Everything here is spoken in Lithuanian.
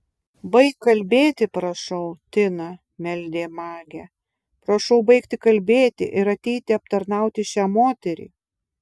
baik kalbėti prašau tina meldė magė prašau baigti kalbėti ir ateiti aptarnauti šią moterį